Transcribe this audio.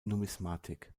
numismatik